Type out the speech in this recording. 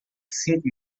cinco